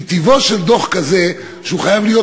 כי טיבו של דוח כזה שהוא חייב להיות